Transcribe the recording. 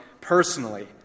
personally